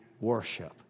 worship